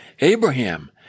Abraham